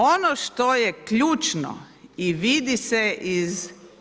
Ono što je ključno i vidi se iz…